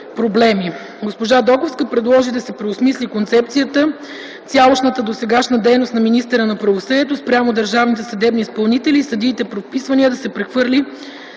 проблеми. Госпожа Доковска предложи да се преосмисли концепцията цялостната досегашна дейност на министъра на правосъдието спрямо държавните съдебни изпълнители и съдиите по вписванията да се прехвърли